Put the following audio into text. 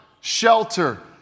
shelter